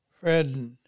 Fred